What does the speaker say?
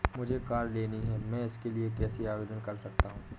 मुझे कार लेनी है मैं इसके लिए कैसे आवेदन कर सकता हूँ?